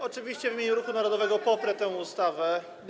Oczywiście w imieniu Ruchu Narodowego poprę tę ustawę.